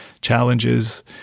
challenges